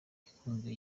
ikunzwe